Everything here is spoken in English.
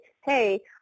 hey